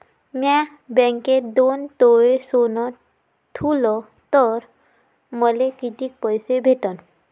म्या बँकेत दोन तोळे सोनं ठुलं तर मले किती पैसे भेटन